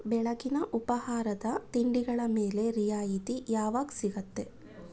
ಬೆಳಗಿನ ಉಪಹಾರದ ತಿಂಡಿಗಳ ಮೇಲೆ ರಿಯಾಯಿತಿ ಯಾವಾಗ ಸಿಗುತ್ತೆ